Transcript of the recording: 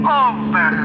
over